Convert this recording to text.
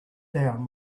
down